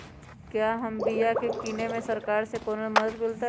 क्या हम बिया की किने में सरकार से कोनो मदद मिलतई?